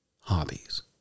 hobbies